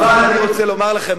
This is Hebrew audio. אבל אני רוצה לומר לכם,